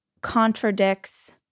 contradicts